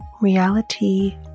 reality